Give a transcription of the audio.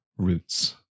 Roots